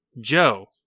Joe